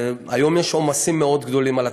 היום יש עומסים מאוד גדולים על התקציב.